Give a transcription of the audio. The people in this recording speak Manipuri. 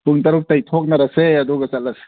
ꯄꯨꯡ ꯇꯔꯨꯛꯇꯒꯤ ꯊꯣꯡꯅꯔꯁꯦ ꯑꯗꯨꯒ ꯆꯠꯂꯁꯦ